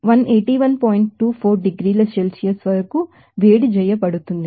24 డిగ్రీల సెల్సియస్ వరకు వేడి చేయబడుతుంది